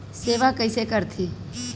सेवा कइसे करथे?